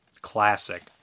Classic